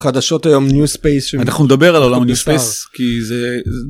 חדשות היום ניו ספייס ש... -אנחנו נדבר על עולם הניו ספייס, כי זה